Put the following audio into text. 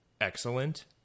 excellent